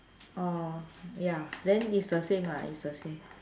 orh ya then it's the same lah it's the same